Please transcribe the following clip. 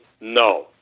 No